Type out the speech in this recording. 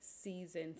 season